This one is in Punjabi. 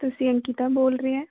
ਤੁਸੀਂ ਅੰਕਿਤਾ ਬੋਲ ਰਹੇ ਹੋ